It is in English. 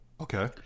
Okay